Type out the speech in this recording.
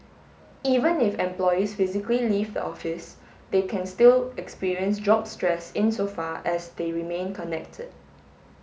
even if employees physically leave the office they can still experience job stress insofar as they remain connected